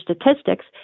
Statistics